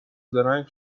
زرنگ